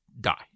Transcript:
die